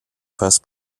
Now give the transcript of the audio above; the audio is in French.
face